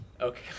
Okay